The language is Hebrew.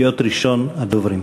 ראשון הדוברים.